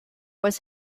was